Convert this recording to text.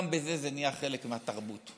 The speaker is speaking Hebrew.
גם בזה זה נהיה חלק מהתרבות.